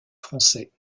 français